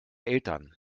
eltern